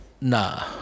Nah